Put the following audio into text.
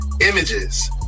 Images